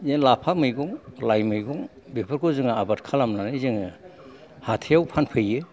लाफा मैगं लाइ मैगं बेफोरखौ जों आबाद खालामनानै जोङो हाथायाव फानफैयो